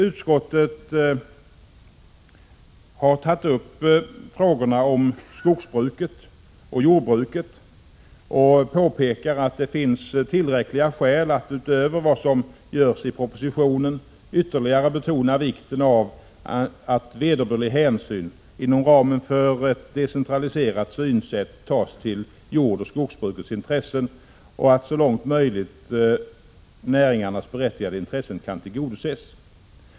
Utskottet har tagit upp frågorna om skogsbruket och jordbruket och påpekar att det finns tillräckliga skäl att utöver vad som görs i propositionen betona vikten av att vederbörlig hänsyn inom ramen för ett decentraliserat synsätt tas till jordoch skogsbrukens intressen och att så långt möjligt näringarnas berättigade intressen kan tillgodoses.